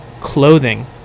clothing